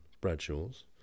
Bradshaws